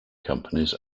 companies